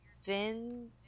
fin